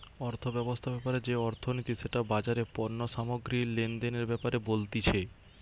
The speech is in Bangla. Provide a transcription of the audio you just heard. অর্থব্যবস্থা ব্যাপারে যে অর্থনীতি সেটা বাজারে পণ্য সামগ্রী লেনদেনের ব্যাপারে বলতিছে